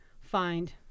find